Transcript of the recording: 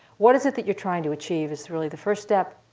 what is it that you're trying to achieve is really the first step.